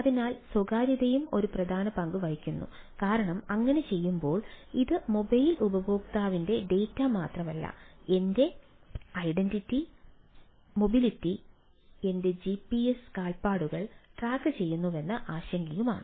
അതിനാൽ സ്വകാര്യതയും ഒരു പ്രധാന പങ്ക് വഹിക്കുന്നു കാരണം അങ്ങനെ ചെയ്യുമ്പോൾ ഇത് മൊബൈൽ ഉപയോക്താവിന്റെ ഡാറ്റ മാത്രമല്ല എന്റെ ഐഡന്റിറ്റി മൊബിലിറ്റി എന്റെ ജിപിഎസ് കാൽപ്പാടുകൾ ട്രാക്കുചെയ്യുന്നുവെന്ന ആശങ്കയുമാണ്